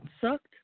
sucked